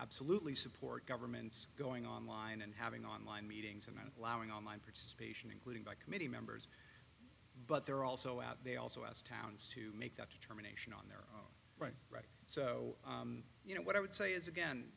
absolutely support governments going online and having online meetings and allowing all my participation including by committee members but they're also out they also asked towns to make that determination right right so you know what i would say is again